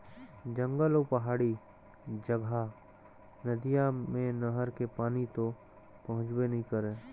जंगल अउ पहाड़ी जघा नदिया मे नहर के पानी तो पहुंचबे नइ करय